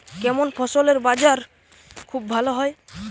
কেমন ফসলের বাজার খুব ভালো হয়?